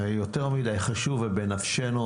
יותר מדי חשוב ובנפשנו